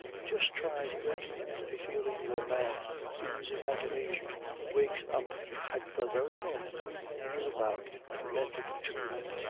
just try to enter into the feelings of a man whose imagination wakes up at the very moment he is about to enter the tomb.